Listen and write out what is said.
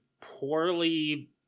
poorly